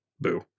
boo